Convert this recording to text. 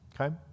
Okay